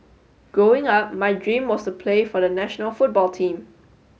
growing up my dream was to play for the national football team